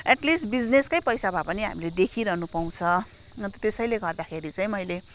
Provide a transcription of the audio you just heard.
at least बिजनेसकै पैसा भए पनि हामीले देखिरहनु पाउँछ अन्त त्यसैले गर्दाखेरि चाहिँ मैले